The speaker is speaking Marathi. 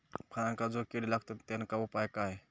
फळांका जो किडे लागतत तेनका उपाय काय?